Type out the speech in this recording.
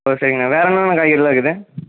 ஓ சரிங்ண வேறு என்னென்னணா காய்கறி எல்லாம் இருக்குது